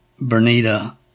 Bernita